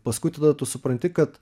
paskui tada tu supranti kad